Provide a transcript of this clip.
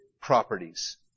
properties